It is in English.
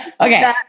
Okay